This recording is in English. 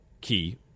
key